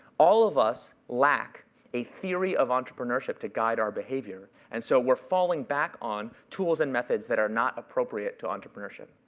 all of us lack a theory of entrepreneurship to guide our behavior and so we're falling back on tools and methods that are not appropriate to entrepreneurship.